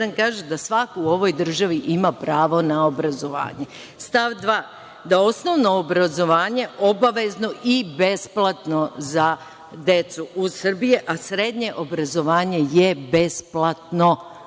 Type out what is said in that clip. kaže da svako u ovoj državi ima pravo na obrazovanje. Stav 2. – osnovno obrazovanje je obavezno i besplatno za decu u Srbiji, a srednje obrazovanje je besplatno.